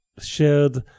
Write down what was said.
shared